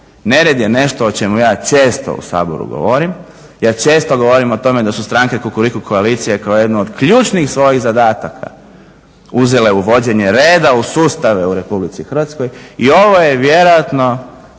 Nered je nešto o čemu ja često u Saboru govorim, ja često govorim o tome da su stranke Kukuriku koalicije koja je jedno od ključnih svojih zadataka uzela uvođenje reda u sustave u RH i ovo je vjerojatno